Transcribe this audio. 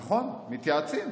נכון, מתייעצים,